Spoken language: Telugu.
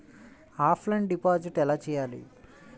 ఆఫ్లైన్ డిపాజిట్ ఎలా చేయాలి?